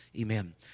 Amen